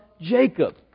Jacob